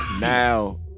Now